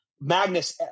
Magnus